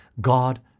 God